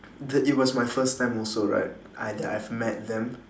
the it was my first time also right I that I've met them